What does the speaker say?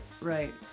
right